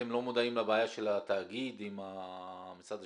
אתם לא מודעים לבעיה של התאגיד עם משרד השיכון?